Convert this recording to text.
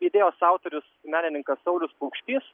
idėjos autorius menininkas saulius paukštys